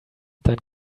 dann